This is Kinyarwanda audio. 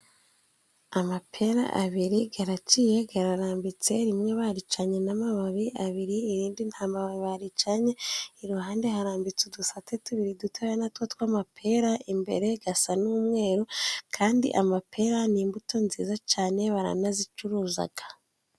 Amapera abiri garaciye gararambitse, rimwe baricanye n'amababi abiri, irindi nta mababi baricanye, iruhande harambitse udusate tubiri dutoya na two tw'amapera, imbere gasa n'umweru kandi amapera ni imbuto nziza cane baranazicuruzaga.